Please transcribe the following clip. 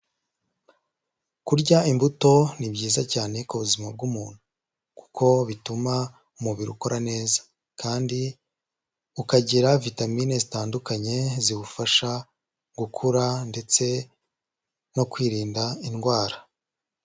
Kurya imbuto, ni byiza cyane ku buzima bw'umuntu. Kuko bituma umubiri ukora neza. Kandi ukagira vitamini zitandukanye, ziwufasha gukura, ndetse no kwirinda indwara.